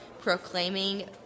proclaiming